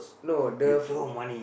no the